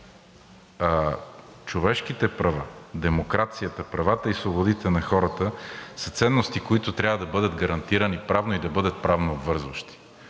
човешките права, демокрацията, правата и свободите на хората са ценности, които трябва да бъдат гарантирани правно и да бъдат правно обвързващи.